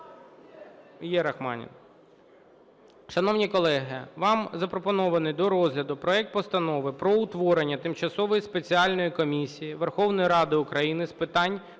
Є Рахманін.